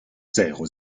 zéro